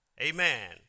amen